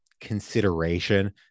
consideration